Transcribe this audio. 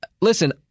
Listen